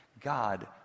God